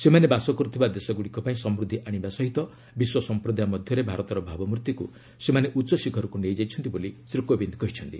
ସେମାନେ ବାସ କରୁଥିବା ଦେଶଗୁଡ଼ିକ ପାଇଁ ସମୃଦ୍ଧି ଆଣିବା ସହିତ ବିଶ୍ୱ ସମ୍ପ୍ରଦାୟ ମଧ୍ୟରେ ଭାରତର ଭାବମୂର୍ତ୍ତିକୁ ସେମାନେ ଉଚ୍ଚ ଶିଖରକୁ ନେଇଯାଇଛନ୍ତି ବୋଲି ଶ୍ରୀ କୋବିନ୍ଦ କହିଛନ୍ତି